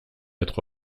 être